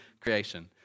creation